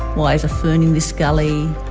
why is a fern in this gully,